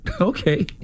okay